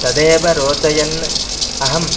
तदेव रोचयन् अहं